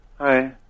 Hi